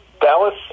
Dallas